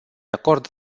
acord